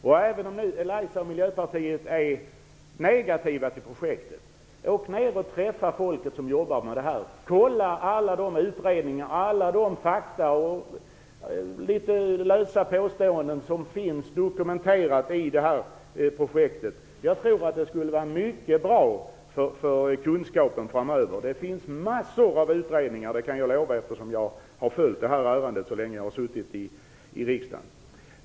Även om nu Elisa Abascal Reyes och Miljöpartiet är negativa till projektet, så tycker jag att de skall åka ner och träffa folket som jobbar med detta. Kolla alla de utredningar och fakta samt de litet lösa påståenden som finns dokumenterade beträffande projektet! Jag tror att det skulle vara mycket bra för kunskapen framöver. Det finns massor av utredningar - det kan jag lova, eftersom jag har följt det här ärendet så länge jag har suttit i riksdagen.